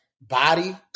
body